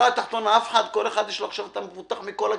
התחתונה כל אחד יש לו את המבוטח מכל הכיוונים.